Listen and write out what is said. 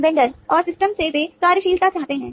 vendor और system से वे कार्यशीलता चाहते हैं